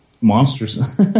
monsters